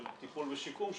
של טיפול ושיקום,